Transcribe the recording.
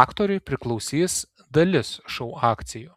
aktoriui priklausys dalis šou akcijų